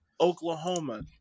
Oklahoma